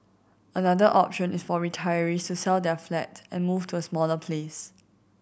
another option is for retirees to sell their flat and move to a smaller place